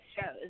shows